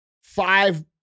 five